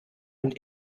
und